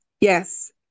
Yes